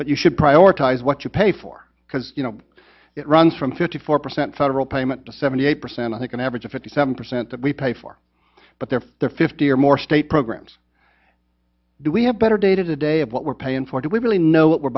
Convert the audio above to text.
but you should prioritize what you pay for because you know it runs from fifty four percent federal payment to seventy eight percent i think an average of fifty seven percent that we pay for but there are fifty or more state programs do we have better data today of what we're paying for do we really know what we're